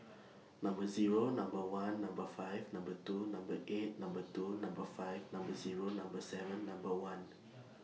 Number Zero Number one Number five Number two Number eight Number two Number five Number Zero Number seven Number one